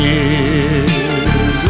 Years